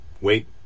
wait